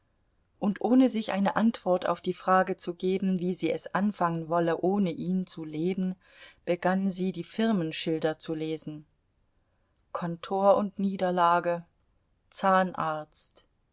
und ohne sich eine antwort auf die frage zu geben wie sie es anfangen wolle ohne ihn zu leben begann sie die firmenschilder zu lesen kontor und niederlage zahnarzt